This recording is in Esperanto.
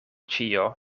ĉio